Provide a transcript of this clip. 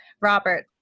Robert